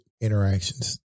interactions